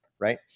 right